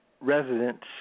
residents